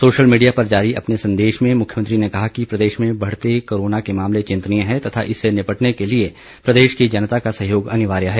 social media पर जारी अपने संदेश में मुख्यमंत्री ने कहा कि प्रदेश में बढ़ते कोरोना के मामले चिंतनीय है तथा इससे निपटने के लिए प्रदेश की जनता का सहयोग अनिवार्य है